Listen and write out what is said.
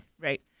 Right